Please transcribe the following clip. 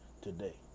today